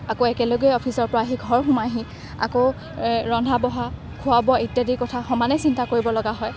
আকৌ একেলগে অফিচৰ পৰা আহি ঘৰ সোমাইহি আকৌ ৰন্ধা বঢ়া খোৱা বোৱা ইত্যাদি কথা সমানে চিন্তা কৰিব লগা হয়